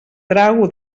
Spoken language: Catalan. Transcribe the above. trago